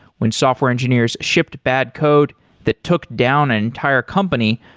when software engineers shipped bad code that took down an entire company,